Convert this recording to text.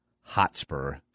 Hotspur